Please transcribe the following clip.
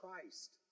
Christ